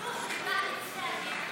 לא נתקבלה.